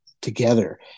together